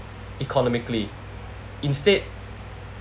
economically instead